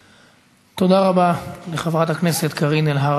מי יאמין לכם?